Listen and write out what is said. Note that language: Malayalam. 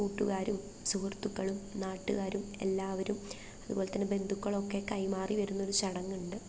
കൂട്ടുകാരും സുഹൃത്തുക്കളും നാട്ടുകാരും എല്ലാവരും അതുപോലെത്തന്നെ ബന്ധുക്കളൊക്കെ കൈമാറി വരുന്നൊരു ചടങ്ങുണ്ട്